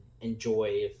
enjoy